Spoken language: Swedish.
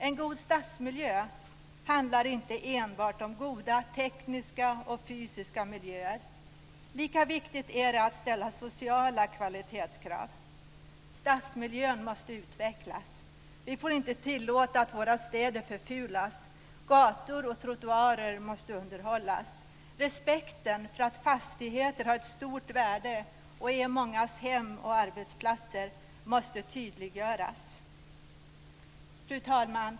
En god stadsmiljö handlar inte enbart om goda tekniska och fysiska miljöer. Lika viktigt är det att ställa sociala kvalitetskrav. Stadsmiljön måste utvecklas. Vi får inte tillåta att våra städer förfulas. Gator och trottoarer måste underhållas. Respekten för att fastigheter har ett stort värde och är mångas hem och arbetsplatser måste tydliggöras. Fru talman!